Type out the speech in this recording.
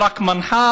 רק היא מנחה,